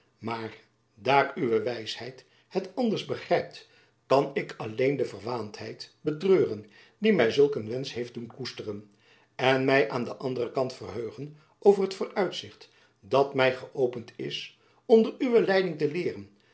maar daar uwe wijsheid het anders begrijpt kan ik alleen de verwaandheid betreuren die my zulk een wensch heeft doen koesteren en my aan den anderen kant verheugen over het vooruitzicht dat my geöpend is onder uwe leiding te leeren